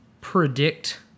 predict